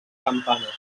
campana